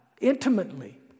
intimately